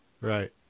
Right